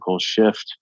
shift